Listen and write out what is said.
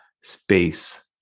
space